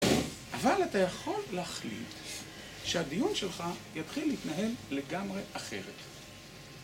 אבל אתה יכול להחליט שהדיון שלך יתחיל להתנהל לגמרי אחרת